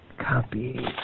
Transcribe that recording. Copy